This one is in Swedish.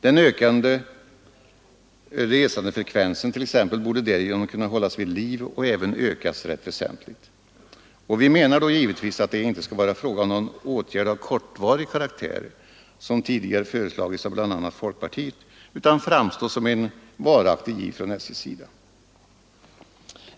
Den nuvarande resandefrekvensen t.ex. borde därigenom kunna hållas vid liv och även ytterligare ökas rätt väsentligt. Vi menar då givetvis att det inte skulle vara frågan om en åtgärd av kortvarig karaktär, som tidigare föreslagits av bl.a. folkpartiet, utan om en varaktig giv från SJ:s sida.